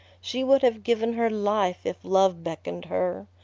she would have given her life if love beckoned her.